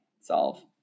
solve